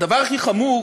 הדבר הכי חמור